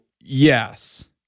yes